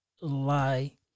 lie